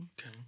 okay